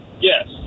Yes